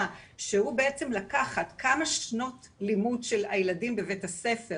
שהוא בעצם לקחת כמה שנות לימוד של הילדים בבית הספר